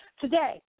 Today